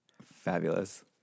Fabulous